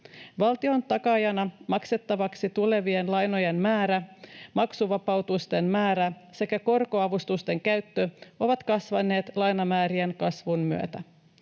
Valtion takaajana maksettavaksi tulevien lainojen määrä, maksuvapautusten määrä sekä korkoavustusten käyttö ovat kasvaneet lainamäärien kasvun myötä.